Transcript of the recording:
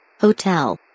Hotel